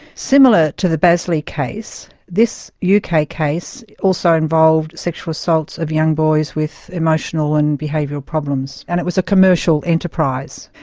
similar to the bazley case, this yeah uk case also involved sexual assaults of young boys with emotional and behavioural problems, and it was a commercial enterprise,